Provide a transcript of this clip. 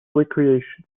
recreation